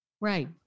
Right